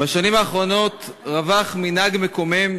בשנים האחרונות רווח מנהג מקומם,